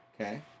Okay